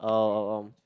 oh um